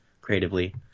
creatively